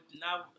Now